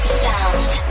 sound